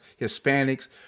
Hispanics